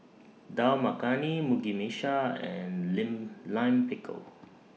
Dal Makhani Mugi Meshi and Lime Line Pickle